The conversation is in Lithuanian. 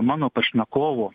mano pašnekovo